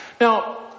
Now